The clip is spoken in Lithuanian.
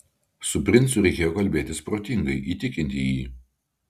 su princu reikėjo kalbėtis protingai įtikinti jį